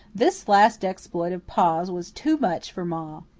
this last exploit of pa's was too much for ma.